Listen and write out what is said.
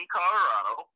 Colorado